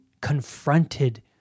confronted